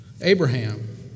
Abraham